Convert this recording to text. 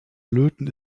löten